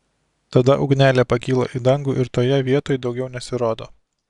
tada ugnelė pakyla į dangų ir toje vietoj daugiau nesirodo